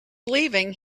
leaving